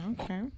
Okay